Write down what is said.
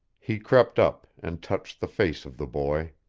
he crept up and touched the face of the boy.